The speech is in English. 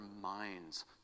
minds